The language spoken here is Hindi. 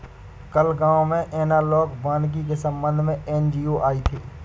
कल गांव में एनालॉग वानिकी के संबंध में एन.जी.ओ आई थी